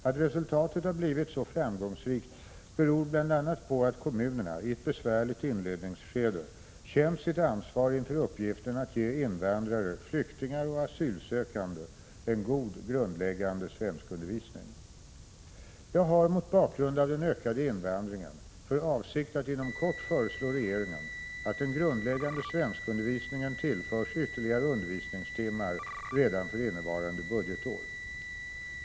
Att resultatet har blivit så framgångsrikt beror bl.a. på att kommunerna, i ett besvärligt inledningsskede, känt sitt ansvar inför uppgiften att ge invandrare, flyktingar och asylsökande en god grundläggande svenskundervisning. Jag har, mot bakgrund av den ökade invandringen, för avsikt att inom kort föreslå regeringen att den grundläggande svenskundervisningen tillförs ytterligare undervisningstimmar redan för innevarande budgetår.